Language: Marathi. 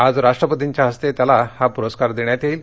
आज राष्ट्रपतींच्या हस्ते त्याला हा पुरस्कार देण्यात येईल